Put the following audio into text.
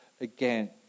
again